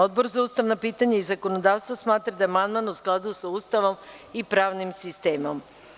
Odbor za ustavna pitanja i zakonodavstvo smatra da je amandman u skladu sa Ustavom i pravnim sistemom.